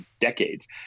decades